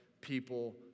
people